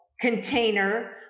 container